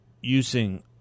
using